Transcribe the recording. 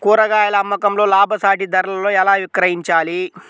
కూరగాయాల అమ్మకంలో లాభసాటి ధరలలో ఎలా విక్రయించాలి?